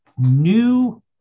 new